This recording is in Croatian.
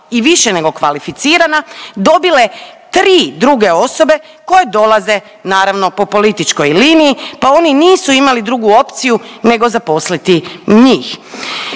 i više nego kvalificirana dobile tri druge osobe koje dolaze naravno po političkoj liniji pa oni nisu imali drugu opciju nego zaposliti njih.